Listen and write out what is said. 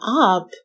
up